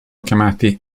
chiamati